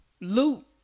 loot